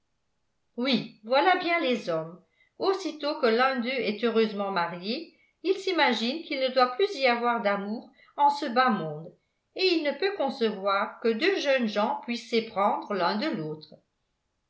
oui voilà bien les hommes aussitôt que l'un d'eux est heureusement marié il s'imagine qu'il ne doit plus y avoir d'amour en ce bas monde et il ne peut concevoir que deux jeunes gens puissent s'éprendre l'un de l'autre